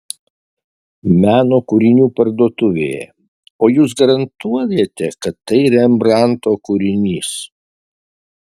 meno kūrinių parduotuvėje o jūs garantuojate kad tai rembrandto kūrinys